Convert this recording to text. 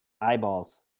Eyeballs